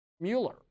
Mueller